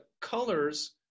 colors